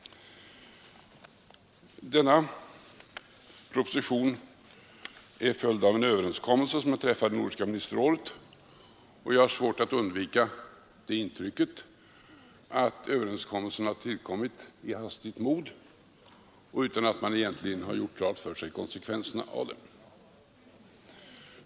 Denna proposition är följden av en överenskommelse träffad i Nordiska ministerrådet. Jag har svårt att undvika intrycket av att överenskommelsen har tillkommit i hastigt mod utan att man har gjort klart för sig konsekvenserna av den.